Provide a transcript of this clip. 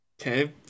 Okay